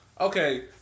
Okay